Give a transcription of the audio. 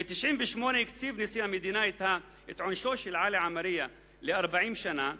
ב-1998 קצב נשיא המדינה את עונשו של עלי עמריה ל-40 שנה.